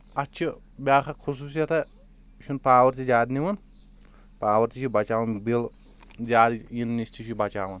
اتھ چھِ بیٛاکھ اکھ خصوٗصیت یہِ چھُنہٕ پاور تہِ زیادٕ نِوان پاور تہِ چھُ بچاوان بل زیادٕ ینہٕ نش تہِ چھ بچاوان